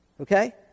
okay